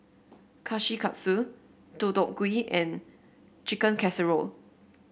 Kushikatsu Deodeok Gui and Chicken Casserole